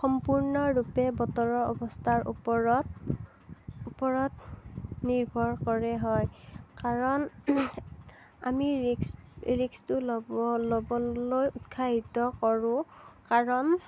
সম্পূৰ্ণৰূপে বতৰৰ অৱস্থাৰ ওপৰত ওপৰত নিৰ্ভৰ কৰে হয় কাৰণ আমি ৰিস্ক ৰিস্কটো ল'ব ল'বলৈ উৎসাহিত কৰোঁ কাৰণ